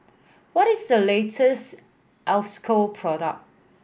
what is the latest Isocal product